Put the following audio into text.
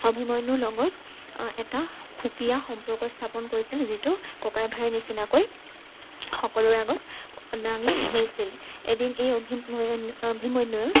অভিমন্যুৰ লগত এটা সুকীয়া সম্পৰ্ক স্থাপন কৰিছিল যিটো ককাই ভাইৰ নিচিনাকৈ সকলোৰে আগত দাঙি ধৰিছিল এদিন এই অভিমন্যু অভিমন্যুৰ